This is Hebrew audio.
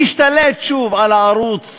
תשתלט שוב על הערוץ